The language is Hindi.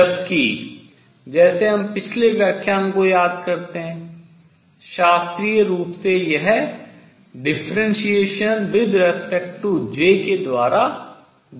जबकि जैसे हम पिछले व्याख्यान को याद करते हैं शास्त्रीय रूप से यह differentiation with respect to J के द्वारा दिया गया है